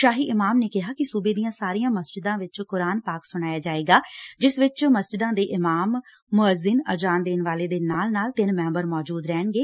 ਸ਼ਾਹੀ ਇਮਾਮ ਨੇ ਕਿਹਾ ਕਿ ਸੂਬੇ ਦੀਆਂ ਸਾਰੀਆਂ ਮਸਜ਼ਿਦਾਂ ਵਿੱਚ ਕੁਰਾਨ ਪਾਕ ਸੁਣਾਇਆ ਜਾਵੇਗਾ ਜਿਸ ਵਿੱਚ ਮਸਜਿਦਾਂ ਦੇ ਇਮਾਮ ਮੁਅਜਿੱਨ ਅਜ਼ਾਨ ਦੇਣ ਵਾਲੇ ਦੇ ਨਾਲ ਨਾਲ ਤਿੰਨ ਮੈਂਬਰ ਮੌਜੂਦ ਰਹਿਣਗੇ